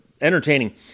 entertaining